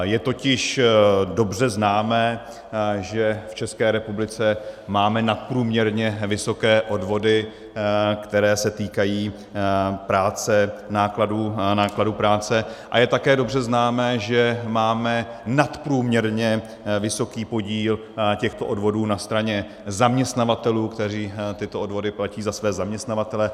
Je totiž dobře známo, že v České republice máme nadprůměrně vysoké odvody, které se týkají práce, nákladů práce, a je také dobře známo, že máme nadprůměrně vysoký podíl těchto odvodů na straně zaměstnavatelů, kteří tyto odvody platí za své zaměstnavatele .